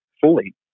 fully